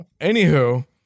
Anywho